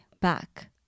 back